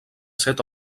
set